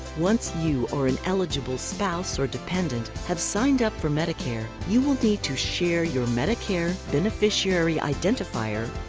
once you or an eligible spouse or dependent have signed up for medicare, you will need to share your medicare beneficiary identifier,